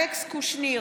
אלכס קושניר,